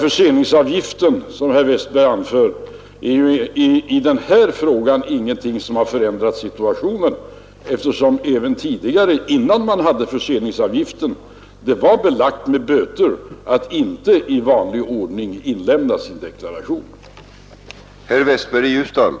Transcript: Förseningsavgiften som herr Westberg anför i denna fråga är ingenting som förändrat situationen eftersom det även tidigare, innan förseningsavgiften fanns, var belagt med böter att inte inlämna sin deklaration i vanlig ordning.